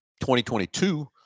2022